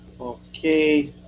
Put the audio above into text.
Okay